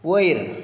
वयर